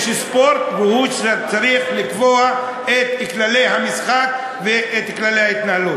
יש ספורט והוא צריך לקבוע את כללי המשחק ואת כללי ההתנהלות.